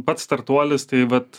pats startuolis tai vat